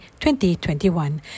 2021